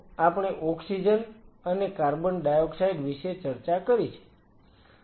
તો આપણે ઓક્સિજન અને કાર્બન ડાયોક્સાઈડ વિશે ચર્ચા કરી છે